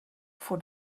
for